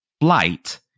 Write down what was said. flight